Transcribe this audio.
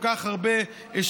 הוא כל כך הרבה השקיע,